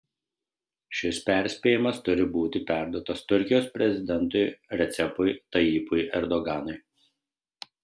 šis perspėjimas turi būti perduotas turkijos prezidentui recepui tayyipui erdoganui